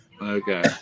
okay